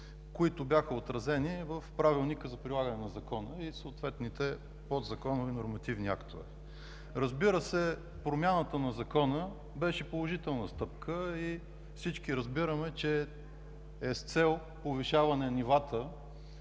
изисквания, отразени в Правилника за прилагане на Закона и съответните подзаконови нормативни актове. Разбира се, промяната на Закона беше положителна стъпка и всички разбираме, че е с цел повишаване нивата